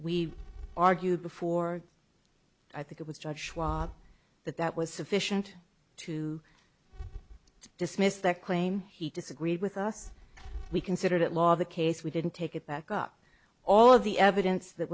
we argued before i think it was judged that that was sufficient to dismiss that claim he disagreed with us we considered it law the case we didn't take it back up all of the evidence that